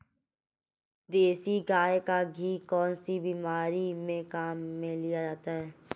देसी गाय का घी कौनसी बीमारी में काम में लिया जाता है?